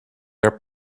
are